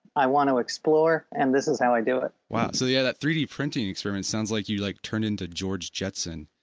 i want to explore and this is how i do it wow. so, yes, yeah that three d printing experiment sounds like you like turned into george jetson,